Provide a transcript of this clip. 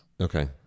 Okay